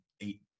eight